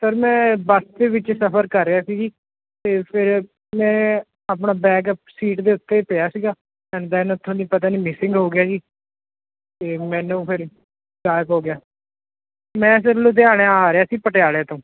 sir ਮੈਂ bus ਦੇ ਵਿੱਚ ਸਫ਼ਰ ਕਰ ਰਿਹਾ ਸੀ ਜੀ ਅਤੇ ਫਿਰ ਮੈਂ ਆਪਣਾ ਬੈਗ ਸੀਟ ਦੇ ਉੱਤੇ ਪਿਆ ਸੀਗਾ ਐਂਡ ਦੈਨ ਉੱਥੋਂ ਦੀ ਪਤਾ ਨਹੀਂ ਮਿਸਿੰਗ ਹੋ ਗਿਆ ਜੀ ਅਤੇ ਮੈਨੂੰ ਫਿਰ ਟਾਕ ਹੋ ਗਿਆ ਮੈਂ ਫਿਰ ਲੁਧਿਆਣੇ ਆ ਰਿਹਾ ਸੀ ਪਟਿਆਲੇ ਤੋਂ